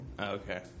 Okay